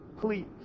Please